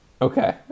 Okay